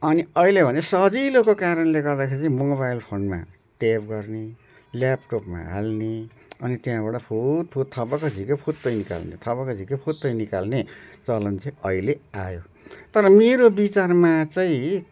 अनि अहिले भने सजिलोको कारणले गर्दाखेरि चाहिँ मोबाइल फोनमा टेप गर्ने ल्यापटपमा हाल्ने अनि त्यहाँबाट फुत फुत थपक्क झिक्यो फुत्तै निकाल्ने थपक्क झिक्यो फुत्तै निकाल्ने चलन चाहिँ अहिले आयो तर मेरो विचारमा चाहिँ